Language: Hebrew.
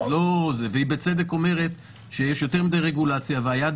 היא בצדק אומרת שיש יותר מדי רגולציה ושהיד